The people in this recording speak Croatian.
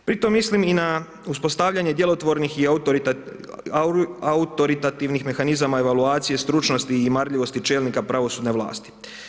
Pritom mislim i na uspostavljanje djelotvornih i autoritativnih mehanizama evaluacije, stručnosti i marljivosti čelnika pravosudne vlasti.